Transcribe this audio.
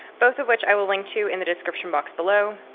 both of which i will link to in the description box below.